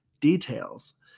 details